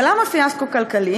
ולמה פיאסקו כלכלי?